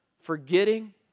forgetting